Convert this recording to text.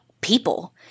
people